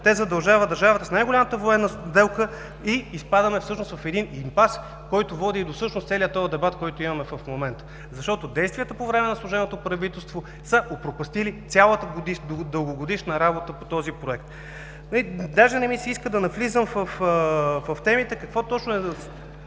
те задължават държавата с най-голямата военна сделка и изпадаме всъщност в един импас, който води до целия дебат, който имаме в момента. Действията по време на служебното правителство са опропастили цялата дългогодишна работа по този проект. Дори не ми се иска да навлизам в темите какво точно е